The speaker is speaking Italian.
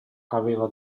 aveva